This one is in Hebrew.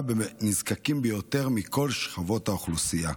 בנזקקים ביותר מכל שכבות האוכלוסייה,